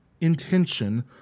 intention